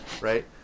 right